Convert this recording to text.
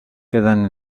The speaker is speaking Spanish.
quedan